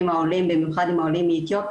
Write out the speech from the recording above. אז אני בוודאי יודעת ומכירה את המאמץ שמבוצע,